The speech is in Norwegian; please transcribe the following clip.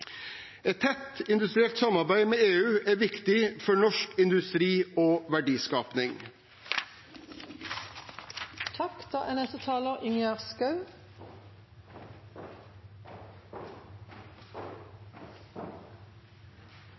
Et tett og industrielt samarbeid med EU er viktig for norsk industri og verdiskaping. Det vi er